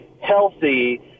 healthy